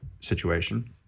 situation